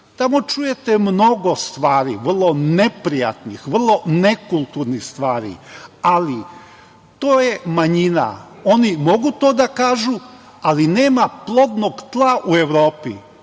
Tamo čujete mnogo stvari, vrlo neprijatnih, vrlo nekulturnih, ali to je manjina. Oni mogu to da kažu, ali nema plodnog tla u Evropi